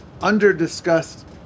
under-discussed